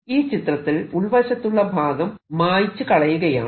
ഈ ചിത്രത്തിൽ ഉൾവശത്തുള്ള ഭാഗം മായ്ച്ചു കളയുകയാണ്